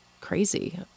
crazy